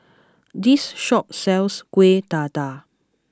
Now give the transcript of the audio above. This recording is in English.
this shop sells Kueh Dadar